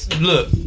look